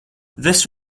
this